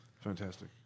Fantastic